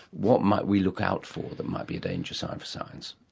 what might we look out for that might be a danger sign for science?